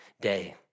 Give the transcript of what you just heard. day